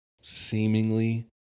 seemingly